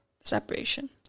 separation